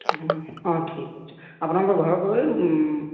ହଁ ଠିକ ଅଛି ଆପଣଙ୍କ ଘର କହିବେ